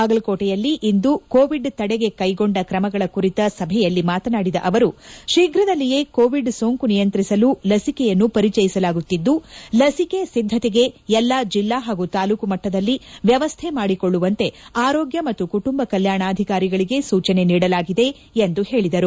ಬಾಗಲಕೋಟೆಯಲ್ಲಿಂದು covid ತಡೆಗೆ ಕೈಗೊಂಡ ಕ್ರಮಗಳ ಕುರಿತ ಸಭೆಯಲ್ಲಿ ಮಾತನಾಡಿದ ಅವರು ಶೀಘದಲ್ಲಿಯೇ ಕೋವಿಡ್ ಸೋಂಕು ನಿಯಂತ್ರಿಸಲು ಲಸಿಕೆಯನ್ನು ಪರಿಚಯಿಸಲಾಗುತ್ತಿದ್ದು ಲಸಿಕೆ ಸಿದ್ದತೆಗೆ ಎಲ್ಲಾ ಜಿಲ್ಲಾ ಹಾಗೂ ತಾಲೂಕಾ ಮಟ್ಟದಲ್ಲಿ ವ್ಯವಸ್ಥೆ ಮಾಡಿಕೊಳ್ಳುವಂತೆ ಆರೋಗ್ಯ ಮತ್ತು ಕುಟುಂಬ ಕಲ್ಕಾಣಾಧಿಕಾರಿಗಳಿಗೆ ಸೂಚನೆ ನೀಡಲಾಗಿದೆ ಎಂದು ಹೇಳಿದರು